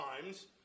times